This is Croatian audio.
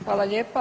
Hvala lijepa.